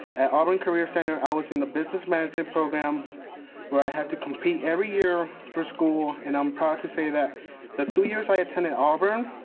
at auburn career center, i was in the business management program where i had to compete every year for school, and i'm proud to say that the two years i attended auburn,